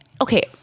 okay